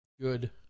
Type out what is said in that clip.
Good